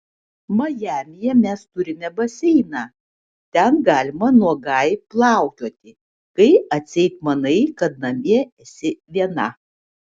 majamyje mes turime baseiną ten galima nuogai plaukioti kai atseit manai kad namie esi viena